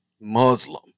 Muslim